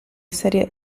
serie